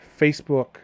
Facebook